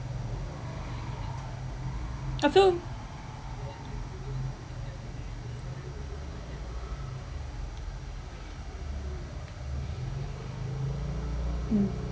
have you mm